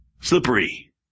slippery